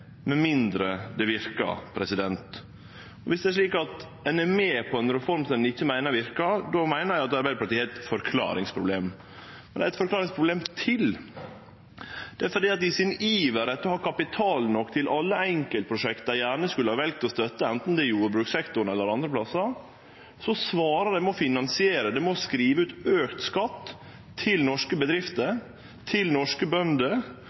med på det med mindre det verkar? Om det er slik at ein er med på ei reform ein ikkje meiner verkar, meiner eg at Arbeidarpartiet har eit forklaringsproblem. Dei har eit forklaringsproblem til. Det gjeld at dei i iveren etter å ha kapital nok til alle enkeltprosjekta dei gjerne skulle ha valt å støtte, anten det er i jordbrukssektoren eller andre plassar, svarar med å finansiere det med å skrive ut auka skatt til norske bedrifter, til norske bønder,